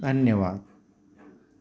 धन्यवाद